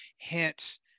Hence